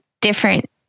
different